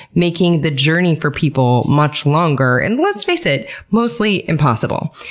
making the journey for people much longer and, let's face it, mostly impossible.